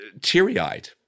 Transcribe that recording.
teary-eyed